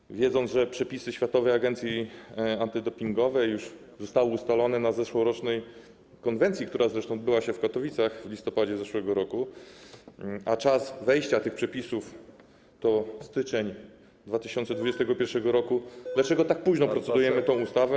Skoro wiemy, że przepisy Światowej Agencji Antydopingowej już zostały ustalone w czasie zeszłorocznej konwencji, która zresztą odbyła się w Katowicach w listopadzie zeszłego roku, a czas wejścia tych przepisów to styczeń 2021 r. dlaczego tak późno procedujemy nad tą ustawą?